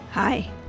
Hi